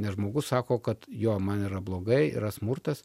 nes žmogus sako kad jo man yra blogai yra smurtas